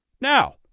Now